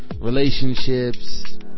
Relationships